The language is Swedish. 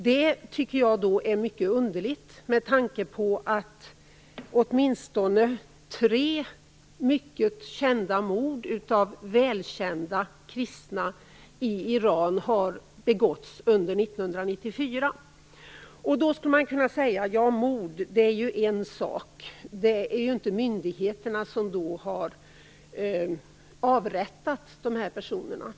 Det tycker jag är mycket underligt med tanke på att det har begåtts åtminstone tre mycket kända mord på välkända kristna i Iran under 1994. Man skulle kunna säga att mord är en sak. Det är ju inte myndigheterna som har avrättat personerna.